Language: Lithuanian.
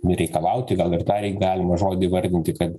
nereikalauti gal ir tą reik galima žodį įvardinti kad